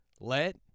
Let